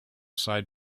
side